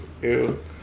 Ew